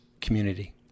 community